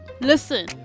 listen